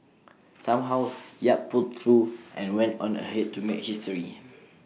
somehow yap pulled through and went on ahead to make history